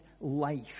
life